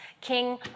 king